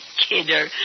kidder